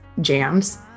jams